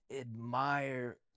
admire